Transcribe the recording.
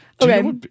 okay